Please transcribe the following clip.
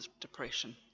depression